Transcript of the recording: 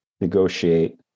negotiate